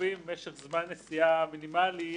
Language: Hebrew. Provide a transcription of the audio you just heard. קובעים משך זמן נסיעה מינימלי,